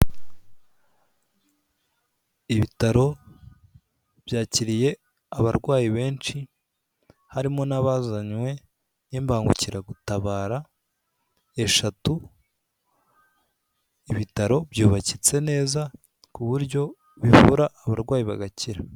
Ibitaro byakiriye abarwayi benshi harimo n'abazanywe n'imbangukiragutabara eshatu. Ibitaro byubakitse neza ku buryo bivura abarwayi bagakira.